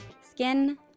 skin